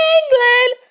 England